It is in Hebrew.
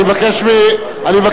אני מבקש מחברתי,